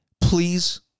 please